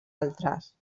altres